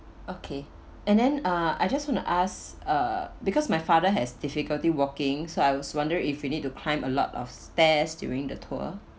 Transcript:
okay and then uh I just want to ask uh because my father has difficulty walking so I wondering if we need to climb a lot of stairs during the tour